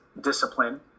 discipline